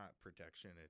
protection